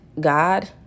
God